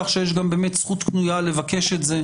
שיש לנאשם זכות קנויה לבקש את זה,